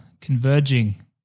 converging